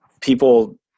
People